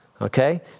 Okay